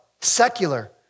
secular